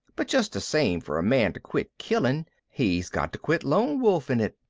but just the same for a man to quit killing he's got to quit lone-wolfing it.